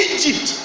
Egypt